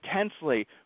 intensely